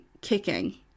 kicking